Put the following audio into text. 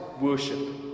worship